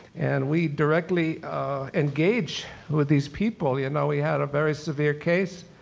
and we directly engage with these people, you know we had a very severe case,